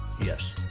yes